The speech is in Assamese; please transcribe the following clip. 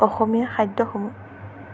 অসমীয়া খাদ্যসমূহ